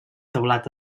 teulat